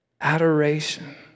adoration